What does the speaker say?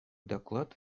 доклад